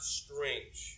strange